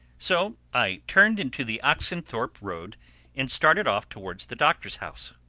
so i turned into the oxenthorpe road and started off towards the doctor's house.